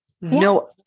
No